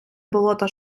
болота